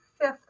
fifth